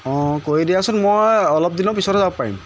অঁ কৰি দিয়াচোন মই অলপ দিনৰ পিছতে যাব পাৰিম